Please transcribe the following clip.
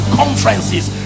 conferences